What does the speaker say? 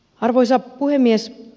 arvoisa puhemies